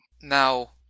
Now